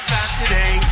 Saturday